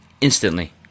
instantly